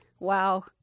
Wow